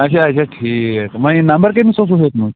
اَچھا اَچھا ٹھیٖک وۅنۍ یہِ نمبر کٔمِس اوسوٕ ہیوٚتمُت